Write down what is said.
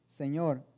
Señor